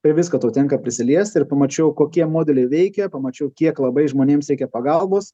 prie visko tau tenka prisiliesti ir pamačiau kokie modeliai veikia pamačiau kiek labai žmonėms reikia pagalbos